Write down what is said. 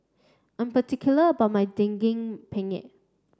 I'm particular about my Daging Penyet